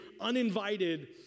uninvited